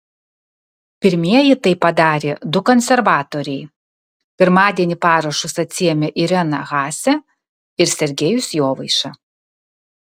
pirmieji tai padarė du konservatoriai pirmadienį parašus atsiėmė irena haase ir sergejus jovaiša